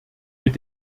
mit